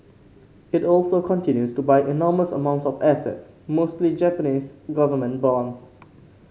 it also continues to buy enormous amounts of assets mostly Japanese government bonds